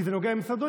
כי זה נוגע למשרדו,